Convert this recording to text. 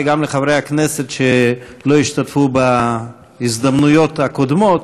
וגם לחברי הכנסת שלא השתתפו בהזדמנויות הקודמות,